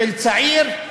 של צעיר,